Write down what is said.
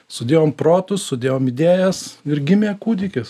sudėjom protus sudėjom idėjas ir gimė kūdikis